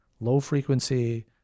low-frequency